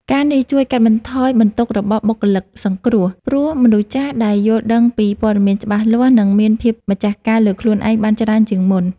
ការណ៍នេះជួយកាត់បន្ថយបន្ទុករបស់បុគ្គលិកសង្គ្រោះ ព្រោះមនុស្សចាស់ដែលយល់ដឹងពីព័ត៌មានច្បាស់លាស់ នឹងមានភាពម្ចាស់ការលើខ្លួនឯងបានច្រើនជាងមុន។